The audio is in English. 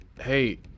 Hey